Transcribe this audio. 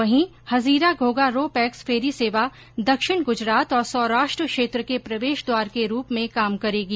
वहीं Hazira Ghogha ro pax ferry सेवा दक्षिण गूजरात और सौराष्ट्र क्षेत्र के प्रवेश द्वार के रूप में काम करेगी